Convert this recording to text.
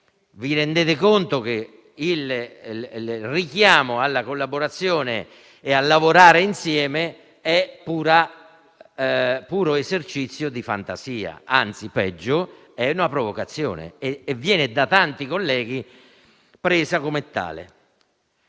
vi rendete conto che il richiamo alla collaborazione e a lavorare insieme è un puro esercizio di fantasia, anzi, peggio, è una provocazione; e viene da tanti colleghi preso come tale.